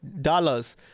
dollars